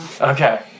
Okay